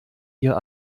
ihr